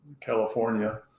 California